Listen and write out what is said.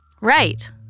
Right